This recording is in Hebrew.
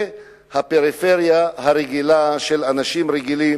ובפריפריה הרגילה של אנשים רגילים,